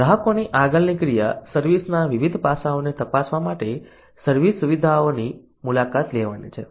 ગ્રાહકોની આગળની ક્રિયા સર્વિસ ના વિવિધ પાસાઓને તપાસવા માટે સર્વિસ સુવિધાની મુલાકાત લેવાની છે